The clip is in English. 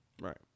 Right